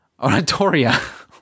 oratoria